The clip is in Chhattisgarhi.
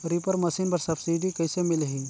रीपर मशीन बर सब्सिडी कइसे मिलही?